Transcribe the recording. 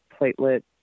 platelet